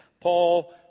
Paul